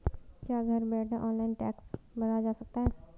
क्या घर बैठे ऑनलाइन टैक्स भरा जा सकता है?